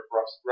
Russ